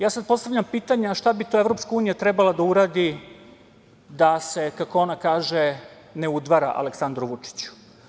Ja sad postavljam pitanja - šta bi to EU trebala da uradi da se, kako ona kaže, ne udvara Aleksandru Vučiću?